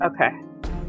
Okay